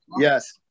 Yes